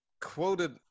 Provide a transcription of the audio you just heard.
quoted